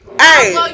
Hey